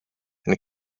and